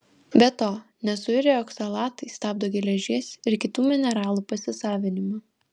be to nesuirę oksalatai stabdo geležies ir kitų mineralų pasisavinimą